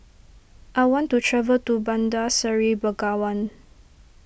I want to travel to Bandar Seri Begawan